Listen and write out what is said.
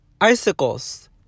icicles